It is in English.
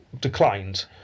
declined